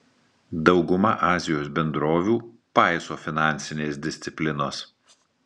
dauguma azijos bendrovių paiso finansinės disciplinos